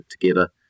together